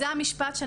זה המשפט.